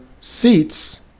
seats